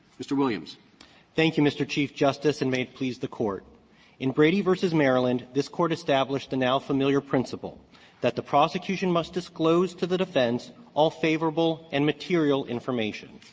mr. williams. williams thank you, mr. chief justice, and may it please the court in brady v. maryland, this court established the now familiar principle that the prosecution must disclose to the defense all favorable and material information.